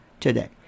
today